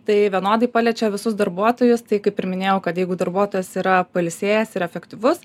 tai vienodai paliečia visus darbuotojus tai kaip ir minėjau kad jeigu darbuotojas yra pailsėjęs ir efektyvus